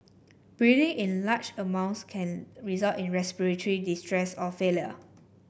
breathing in large amounts can result in respiratory distress or failure